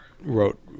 wrote